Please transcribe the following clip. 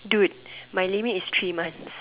do it my limit is three months